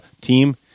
team